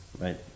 right